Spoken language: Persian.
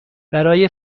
برای